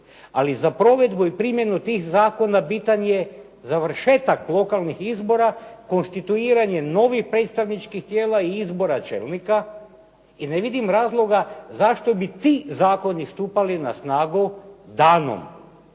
ali za provedbu i primjenu tih zakona pitanje je završetak lokalnih izbora, konstituiranje novih predstavničkih tijela i izbora čelnike. I ne vidim razloga zašto bi ti zakoni stupali na snagu danom